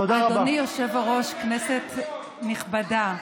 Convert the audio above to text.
אדוני היושב-ראש, כנסת נכבדה.